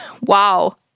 Wow